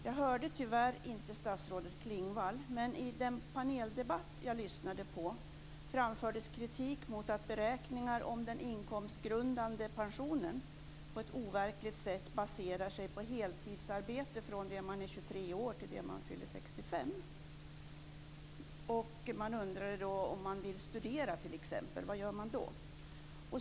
Jag hörde tyvärr inte statsrådet Klingvall, men i den paneldebatt jag lyssnade på framfördes kritik mot att beräkningar av den inkomstgrundande pensionen på ett overkligt sätt baserar sig på heltidsarbete från det man är 23 år till det man fyller 65 år. Man undrade vad man gör om man t.ex. vill studera.